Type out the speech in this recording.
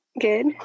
Good